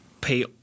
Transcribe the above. pay